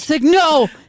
no